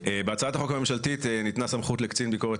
בהצעת החוק הממשלתית ניתנה סמכות לקצין ביקורת